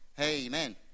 amen